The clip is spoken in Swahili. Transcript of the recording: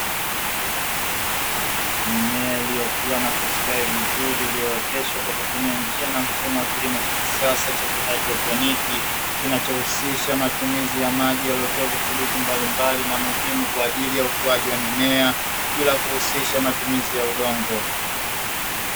Mimea iliyokuwa inakustawi vizuri, niliotesha kwa kutumia njia na mfumo wa kilimo cha kisasa cha hydroponiki ,kinachohusisha matumizi ya maji yaliyotewa kutubishio mbalimbali na muhimu kwa ajili ya ukuaji wa mimea bila kughusisha matumizi ya udongo.